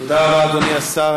תודה רבה, אדוני השר.